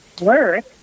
work